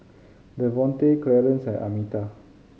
Davonte Clarence and Almeta